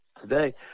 Today